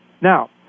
Now